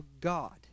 God